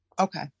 Okay